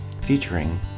featuring